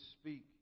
speak